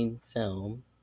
film